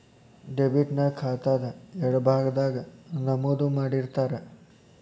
debit ನ ಖಾತಾದ್ ಎಡಭಾಗದಾಗ್ ನಮೂದು ಮಾಡಿರ್ತಾರ